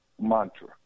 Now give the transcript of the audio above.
mantra